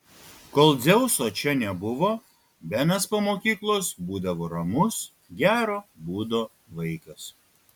kol dzeuso čia nebuvo benas po mokyklos būdavo ramus gero būdo vaikas